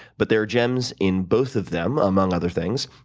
but they are gems in both of them among other things.